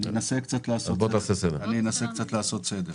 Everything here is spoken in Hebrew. אנסה לעשות סדר.